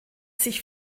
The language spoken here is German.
sich